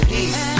Peace